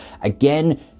Again